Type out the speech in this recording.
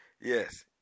Yes